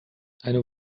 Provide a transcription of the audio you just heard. eine